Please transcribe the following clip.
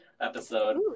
episode